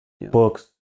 books